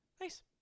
nice